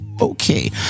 Okay